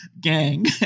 gang